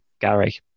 Gary